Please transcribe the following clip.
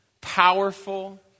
powerful